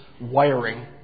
wiring